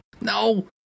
No